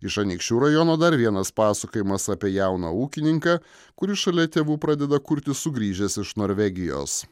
iš anykščių rajono dar vienas pasakojimas apie jauną ūkininką kuris šalia tėvų pradeda kurtis sugrįžęs iš norvegijos